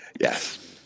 Yes